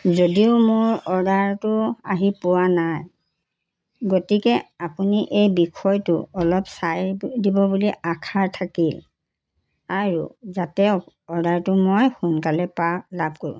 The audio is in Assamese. যদিও মোৰ অৰ্ডাৰটো আহি পোৱা নাই গতিকে আপুনি এই বিষয়টো অলপ চাই দিব বুলি আশা থাকিল আৰু যাতে অৰ্ডাৰটো মই সোনকালে পা লাভ কৰোঁ